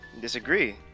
Disagree